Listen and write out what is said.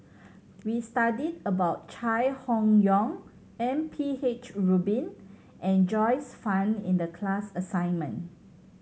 we studied about Chai Hon Yoong M P H Rubin and Joyce Fan in the class assignment